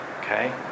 Okay